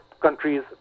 countries